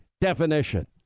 definition